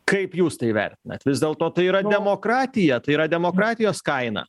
kaip jūs tai vertinat vis dėlto tai yra demokratija tai yra demokratijos kaina